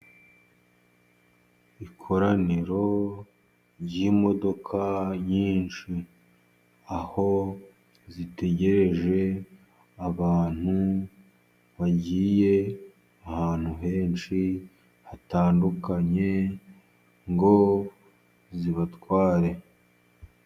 Ikoraniro ry'imodoka nyinshi, aho zitegereje abantu bagiye ahantu henshi hatandukanye, ngo zibatware.